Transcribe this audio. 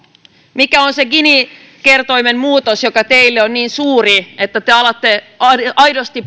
mikä on se gini kertoimen muutos joka teille on niin suuri että te alatte aidosti